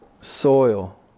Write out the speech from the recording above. soil